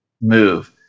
move